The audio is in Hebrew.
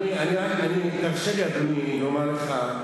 אדוני, תאפשר לי לומר לך.